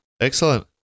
Excellent